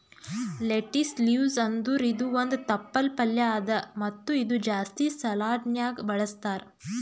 lettuce leaves ಅಂದುರ್ ಇದು ಒಂದ್ ತಪ್ಪಲ್ ಪಲ್ಯಾ ಅದಾ ಮತ್ತ ಇದು ಜಾಸ್ತಿ ಸಲಾಡ್ನ್ಯಾಗ ಬಳಸ್ತಾರ್